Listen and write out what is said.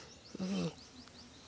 और